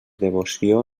devoció